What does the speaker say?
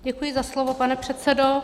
Děkuji za slovo, pane předsedo.